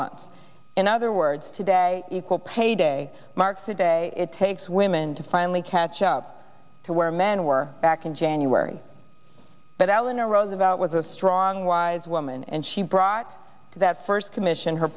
months in other words today equal pay day marks a day it takes women to finally catch up to where men were back in january but eleanor roosevelt was a strong wise woman and she brought that first commission her